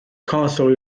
council